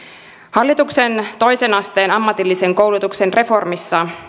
hallituksen toisen asteen ammatillisen koulutuksen reformissa